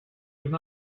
would